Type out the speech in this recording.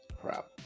Crap